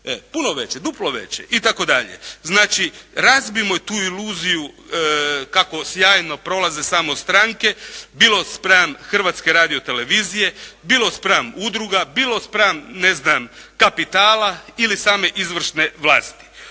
Puno veće, duplo veće. I tako dalje. Znači, razbijmo tu iluziju kako sjajno prolaze samo stranke, bilo spram Hrvatske radiotelevizije, bilo spram udruga, bilo spram ne znam kapitala ili same izvršne vlasti.